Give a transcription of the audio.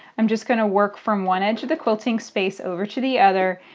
i'm just going to work from one edge of the quilting space over to the other.